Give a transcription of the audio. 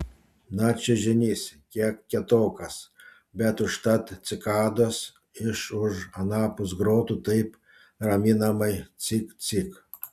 na čiužinys kiek kietokas bet užtat cikados iš už anapus grotų taip raminamai cik cik